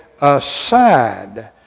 aside